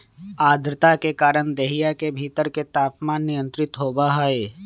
आद्रता के कारण देहिया के भीतर के तापमान नियंत्रित होबा हई